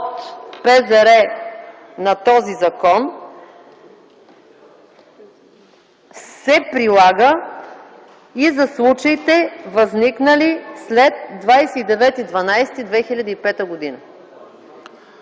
на този закон се прилага и за случаите възникнали след 29.12.2005 г.”.